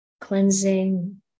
cleansing